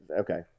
Okay